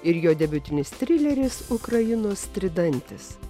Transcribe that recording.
ir jo debiutinis trileris ukrainos tridantis